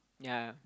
ya